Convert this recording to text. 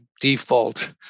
default